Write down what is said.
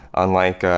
unlike,